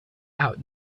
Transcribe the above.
out